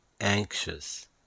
anxious